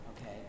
Okay